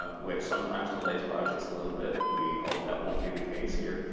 ah which sometimes delays projects a little bit. we hope that won't be the case here,